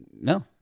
no